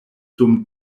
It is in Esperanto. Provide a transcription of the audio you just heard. dum